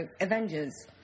Avengers